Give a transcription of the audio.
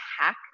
hack